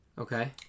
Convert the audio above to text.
okay